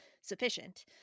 sufficient